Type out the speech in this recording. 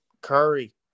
Curry